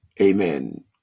amen